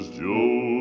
joe